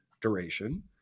duration